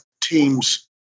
team's